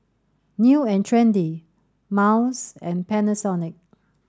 New and Trendy Miles and Panasonic